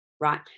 Right